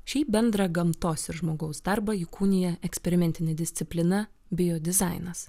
šį bendrą gamtos ir žmogaus darbą įkūnija eksperimentinė disciplina biodizainas